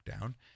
down